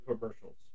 commercials